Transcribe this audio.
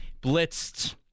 blitzed